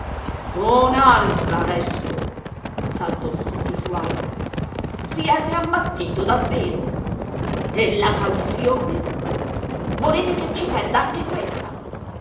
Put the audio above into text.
un'altra adesso saltò su gesualdo siete ammattito davvero e la cauzione volete che ci perda anche quella